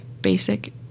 Basic